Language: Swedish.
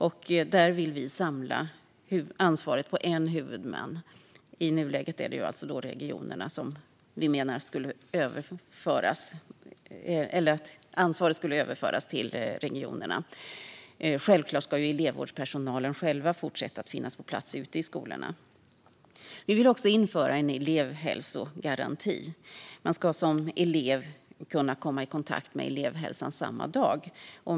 Vi vill samla ansvaret på en huvudman, och i nuläget är det alltså regionerna som vi menar att ansvaret skulle överföras till. Självklart skulle elevvårdspersonalen fortsätta att finnas på plats ute i skolorna. Vi vill också införa en elevhälsogaranti: Man ska som elev kunna komma i kontakt med elevhälsan samma dag.